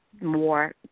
more